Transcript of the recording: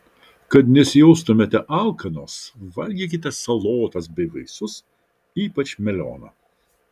kad nesijaustumėte alkanos valgykite salotas bei vaisius ypač melioną